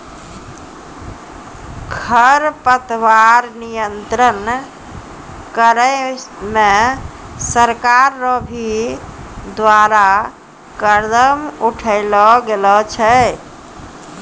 खरपतवार नियंत्रण करे मे सरकार रो भी द्वारा कदम उठैलो गेलो छै